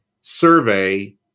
survey